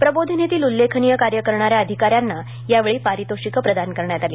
प्रबोधीनीतील उल्लेखनीय कार्य करणाऱ्या अधिकाऱ्यांना यावेळी पारितोषिकं प्रदान करण्यात आली